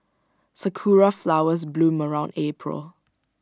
Sakura Flowers bloom around April